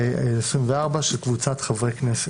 2286/24, של קבוצת חברי כנסת,